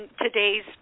today's